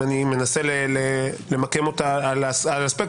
אם אני מנסה למקם אותה על הספקטרום,